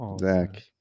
Zach